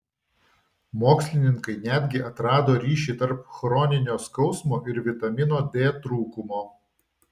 mokslininkai netgi atrado ryšį tarp chroninio skausmo ir vitamino d trūkumo